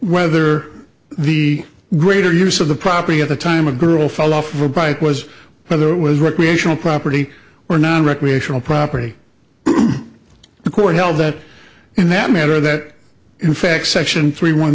whether the greater use of the property at the time a girl fell off her bike was whether it was recreational property or not recreational property the court held that in that matter that in fact section three one